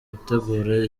gutegura